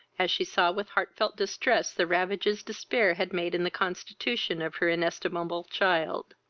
as she saw with heart-felt distress the ravages despair had made in the constitution of her inestimable child.